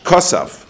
Kosov